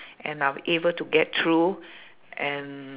and I'm able to get through and